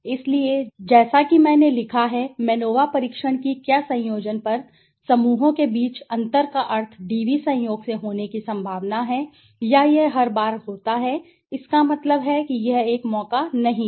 इसलिए जैसा कि मैंने लिखा है मैनोवा परीक्षण कि क्या संयोजन पर समूहों के बीच अंतर का अर्थ DV संयोग से होने की संभावना है या यह हर बार होता है इसका मतलब है कि यह एक मौका नहीं है